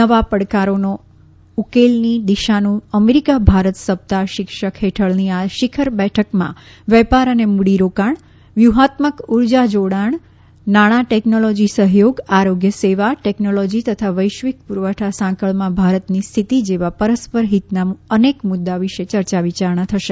નવા પડકારોનો ઉકેલની દિશાનું અમેરિકા ભારત સપ્તાહ શિર્ષક હેઠળની આ શિખર બેઠકમાં વેપાર અને મૂડીરોકાણ વ્યૂહાત્મક ઉર્જા જોડાણ નાણાં ટેકનોલોજી સહયોગ આરોગ્ય સેવા ટેકનોલોજી તથા વૈશ્વિક પુરવઠા સાંકળમાં ભારતની સ્થિતિ જેવા પરસ્પર હિતના અનેક મુદ્દા વિશે ચર્ચા વિચારણા થશે